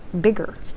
bigger